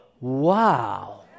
wow